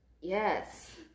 Yes